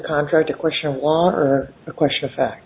contract a question or a question of fact